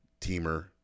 Teamer